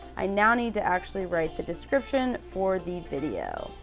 i now need to actually write the description for the video.